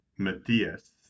Matthias